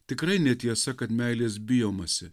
tikrai netiesa kad meilės bijomasi